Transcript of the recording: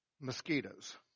Mosquitoes